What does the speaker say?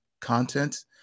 content